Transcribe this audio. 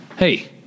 Hey